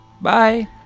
bye